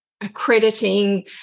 accrediting